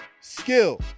Skill